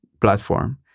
platform